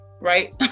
right